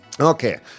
Okay